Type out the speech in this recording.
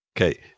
Okay